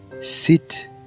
sit